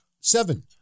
seven